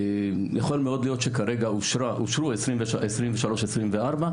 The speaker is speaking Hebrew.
יכול מאוד להיות שכרגע אושרו 23-24,